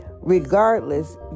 Regardless